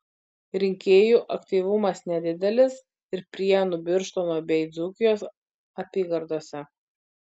rinkėjų aktyvumas nedidelis ir prienų birštono bei dzūkijos apygardose